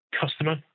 customer